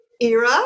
era